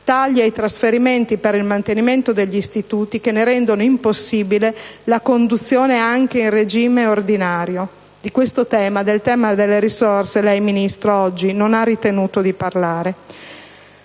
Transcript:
tagli ai trasferimenti per il mantenimento degli istituti che ne rendono impossibile la conduzione anche in regime ordinario. Del tema delle risorse, signor Ministro, lei oggi non ha ritenuto di parlare.